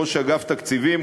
ראש אגף תקציבים,